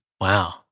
Wow